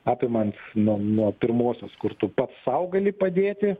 apimant nuo nuo pirmosios kur tu pats sau gali padėti